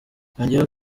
yongeyeho